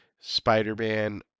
Spider-Man